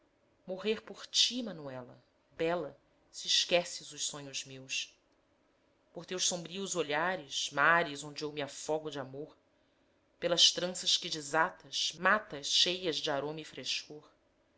morrer por ti manuela bela se esqueces os sonhos meus por teus sombrios olhares mares onde eu me afogo de amor pelas tranças que desatas matas cheias de aroma e frescor